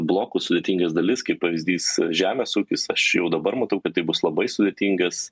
blokus sudėtingas dalis kaip pavyzdys žemės ūkis aš jau dabar matau kad tai bus labai sudėtingas